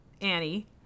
Annie